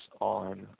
on